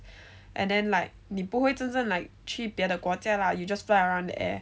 and then like 你不会真正去别的国家 lah you just fly around there